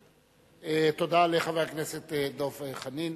תודה לחבר הכנסת דב חנין.